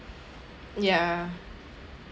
ya